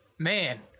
Man